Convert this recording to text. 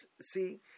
see